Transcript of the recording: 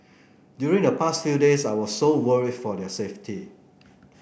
during the past few days I was so worried for their safety